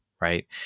Right